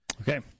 Okay